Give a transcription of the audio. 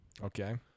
Okay